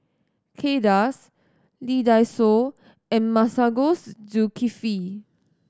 Kay Das Lee Dai Soh and Masagos Zulkifli